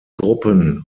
gruppen